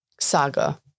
saga